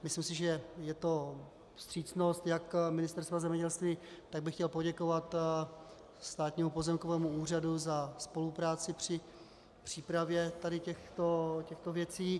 Myslím si, že to je vstřícnost jak Ministerstva zemědělství, tak bych chtěl poděkovat Státnímu pozemkovému úřadu za spolupráci při přípravě tady těchto věcí.